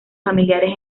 familiares